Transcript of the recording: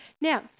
now